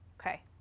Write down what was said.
Okay